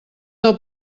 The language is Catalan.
del